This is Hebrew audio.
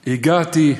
הגהתי,